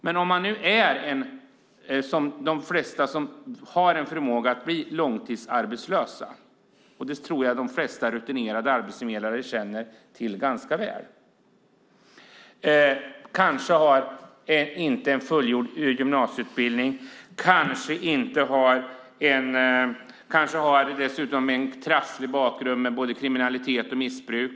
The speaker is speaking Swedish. Men de flesta som har en förmåga att bli långtidsarbetslösa, och det tror jag att de flesta rutinerade arbetsförmedlare känner till ganska väl, kanske inte har en fullgjord gymnasieutbildning och kanske dessutom har en trasslig bakgrund med både kriminalitet och missbruk.